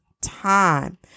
time